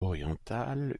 oriental